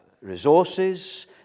Resources